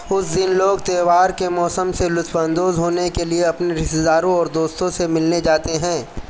اس دن لوگ تہوار کے موسم سے لطف اندوز ہونے کے لیے اپنے رشتہ داروں اور دوستوں سے ملنے جاتے ہیں